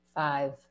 Five